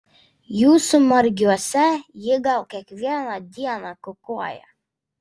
jūsų margiuose ji gal kiekvieną dieną kukuoja